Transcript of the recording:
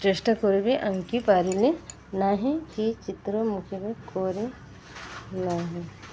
ଚେଷ୍ଟା କରିବି ଆଙ୍କି ପାରିନି ନାହିଁ କି ଚିତ୍ର କରି ନାହିଁ